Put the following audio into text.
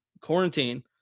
Quarantine